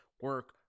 Work